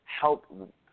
help